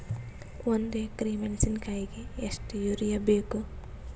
ಒಂದ್ ಎಕರಿ ಮೆಣಸಿಕಾಯಿಗಿ ಎಷ್ಟ ಯೂರಿಯಬೇಕು?